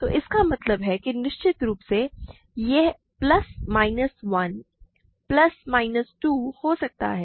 तो इसका मतलब है कि निश्चित रूप से यह प्लस माइनस 1 प्लस माइनस 2 हो सकता है